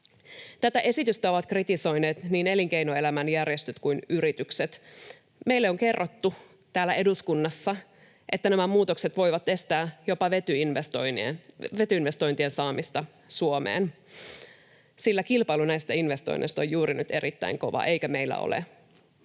Tätä esitystä ovat kritisoineet niin elinkeinoelämän järjestöt kuin yritykset. Meille on kerrottu täällä eduskunnassa, että nämä muutokset voivat estää jopa vetyinvestointien saamista Suomeen, sillä kilpailu näistä investoinneista on juuri nyt erittäin kovaa, eikä meidän ole